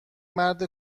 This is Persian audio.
مرد